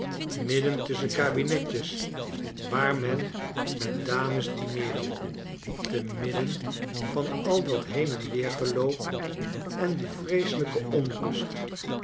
midden tusschen kabinetjes waar men met dames dineerde te midden van al dat heen en weer geloop en die vreeselijke onrust